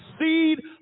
seed